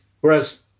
whereas